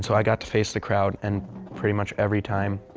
so i got to face the crowd, and pretty much every time,